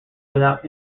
without